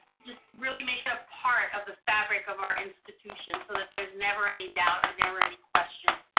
just really make it a part of the fabric of our institution, so that there's never any doubt or never any question.